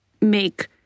make